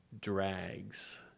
drags